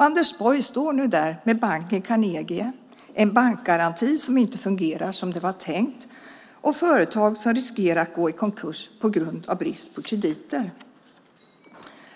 Anders Borg står nu där med banken Carnegie, en bankgaranti som inte fungerar som det var tänkt och företag som riskerar att gå i konkurs på grund av brist på krediter.